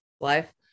life